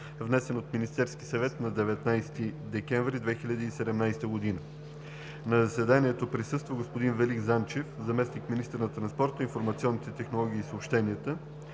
внесен от Министерския съвет на 19 декември 2017 г. На заседанието присъстваха: господин Велик Занчев – заместник-министър на транспорта, информационните технологии и съобщенията,